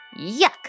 Yuck